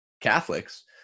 Catholics